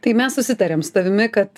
tai mes susitarėm su tavimi kad